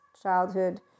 Childhood